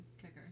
kicker